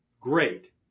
Great